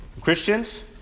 Christians